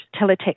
Teletext